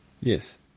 Yes